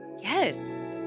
Yes